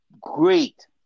great